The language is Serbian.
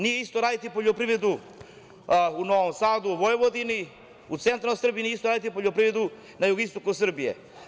Nije isto raditi poljoprivredu u Novom Sadu, Vojvodini, centralnoj Srbiji, nije isto raditi poljoprivredu na jugoistoku Srbije.